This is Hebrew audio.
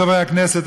חברי הכנסת,